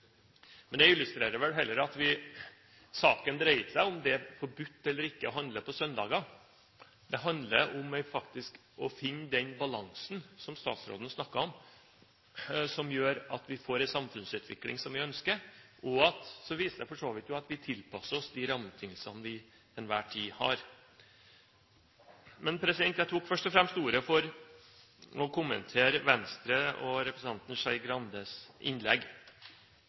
illustrerer vel heller at saken ikke dreier seg om hvorvidt det er forbudt eller ikke å handle på søndager. Det handler faktisk om å finne den balansen som statsråden snakket om, som gjør at vi får en samfunnsutvikling som vi ønsker, og så viser det for så vidt at vi tilpasser oss de rammebetingelser vi til enhver tid har. Men jeg tok først og fremst ordet for å kommentere Venstre og representanten Skei Grandes innlegg.